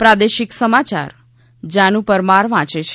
પ્રાદેશિક સમાચાર જાનુ પરમાર વાંચે છે